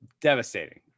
devastating